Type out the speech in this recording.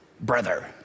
brother